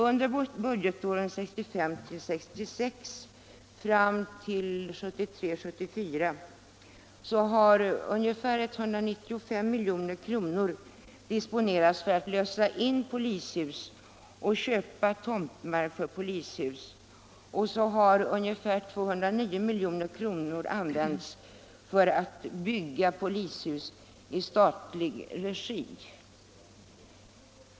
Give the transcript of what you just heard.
Under budgetåret 1965 74 har ungefär 195 milj.kr. disponerats för att lösa in polishus och köpa tomtmark för polishus. Dessutom har ungefär 209 milj.kr. använts för att bygga polishus i statlig regi.